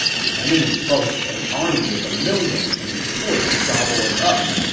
the enemy boasts an army of a million and is poised to gobble us up.